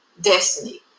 destiny